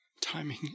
Timing